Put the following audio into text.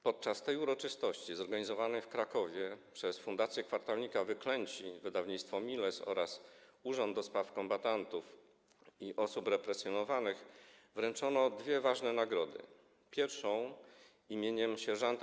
Podczas tej uroczystości zorganizowanej w Krakowie przez Fundację Kwartalnika „Wyklęci”, Wydawnictwo Miles oraz Urząd do Spraw Kombatantów i Osób Represjonowanych wręczono dwie ważne nagrody: nagrodę im. sierż.